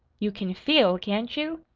you can feel, can't you?